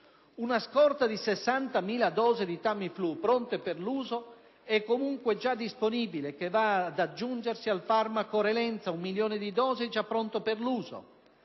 Una scorta di 60.000 dosi di Tamiflu, pronte per l'uso, è comunque già disponibile e va ad aggiungersi al farmaco Relenza (un milione di dosi) già pronto per l'uso.